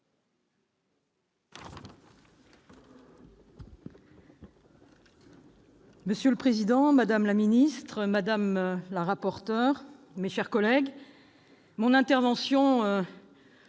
Monsieur le président, madame la secrétaire d'État, madame la rapporteur, mes chers collègues, mon intervention